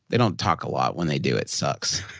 they don't talk a lot. when they do, it sucks.